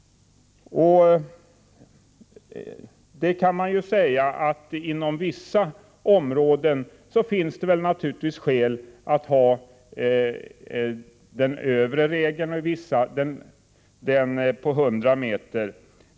Inom somliga områden finns det naturligtvis skäl att ha den övre gränsen, i andra räcker det att ha den på 100 m.